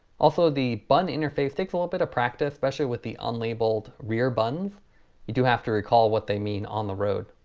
also the button interface takes a little bit of practice especially with the unlabeled rear buttons you do have to recall what they mean on the road.